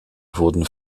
wurden